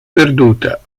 perduta